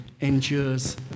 endures